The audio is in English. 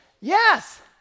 yes